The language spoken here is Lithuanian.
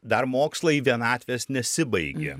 dar mokslai vienatvės nesibaigė